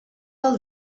del